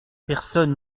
personne